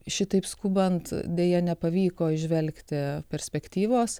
šitaip skubant deja nepavyko įžvelgti perspektyvos